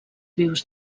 vius